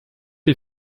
les